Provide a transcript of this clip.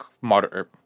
modern